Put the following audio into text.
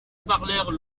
parlèrent